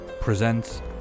presents